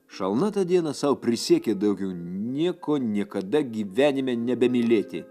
šalna tą dieną sau prisiekė daugiau nieko niekada gyvenime nebemylėti